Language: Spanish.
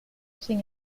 sin